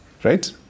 right